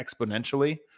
exponentially